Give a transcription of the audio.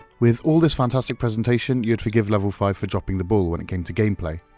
with all this fantastic presentation you'd forgive level five for dropping the ball when it came to gameplay,